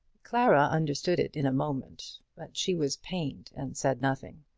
clara understood it in a moment but she was pained, and said nothing.